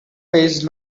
page